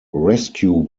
rescue